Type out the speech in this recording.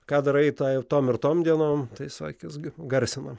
ką darai tą ir tom ir tom dienom tai sakys garsinam